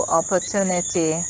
opportunity